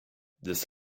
this